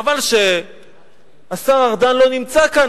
חבל שהשר ארדן לא נמצא כאן,